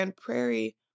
Prairie